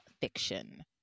fiction